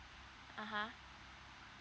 uh !huh!